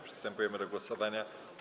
Przystępujemy do głosowania.